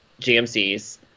GMCs